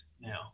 now